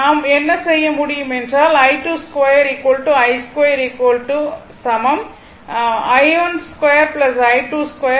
நாம் என்ன செய்ய முடியும் என்றால் i2 2 I 2 சமம் i12 i22